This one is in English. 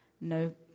No